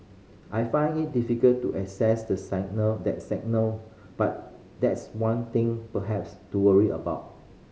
I find it difficult to assess that signal that signal but that's one thing perhaps to worry about